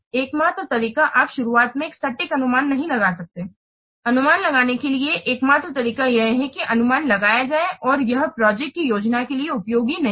एकमात्र तरीका आप शुरुआत में एक सटीक अनुमान नहीं लगा सकते हैं अनुमान लगाने के लिए एकमात्र तरीका यह है कि अनुमान लगाया जाए और यह प्रोजेक्ट की योजना के लिए उपयोगी नहीं है